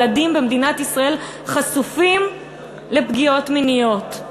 ילדים במדינת ישראל חשופים לפגיעות מיניות.